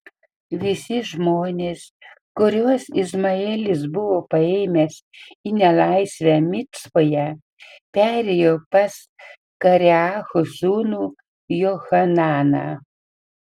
visi žmonės kuriuos izmaelis buvo paėmęs į nelaisvę micpoje perėjo pas kareacho sūnų johananą